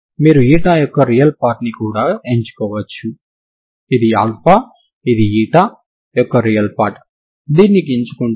మీరు దాని గతిశక్తి ని కూడా వ్రాయగలరు కానీ పొటెన్షియల్ ఎనర్జీని మాత్రం వ్రాయలేరు